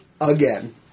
again